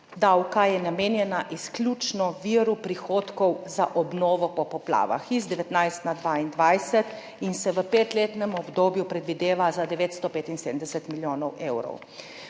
davka je namenjena izključno viru prihodkov za obnovo po poplavah, iz 19 na 22, in se v petletnem obdobju predvideva za 975 milijonov evrov.